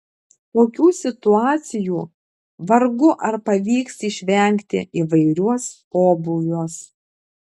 tokių situacijų vargu ar pavyks išvengti įvairiuos pobūviuos